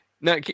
Now